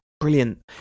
Brilliant